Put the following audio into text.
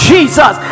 Jesus